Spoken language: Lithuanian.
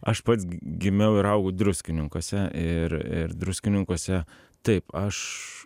aš pats gimiau ir augau druskininkuose ir ir druskininkuose taip aš